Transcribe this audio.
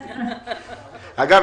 אגב,